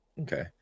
Okay